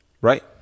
Right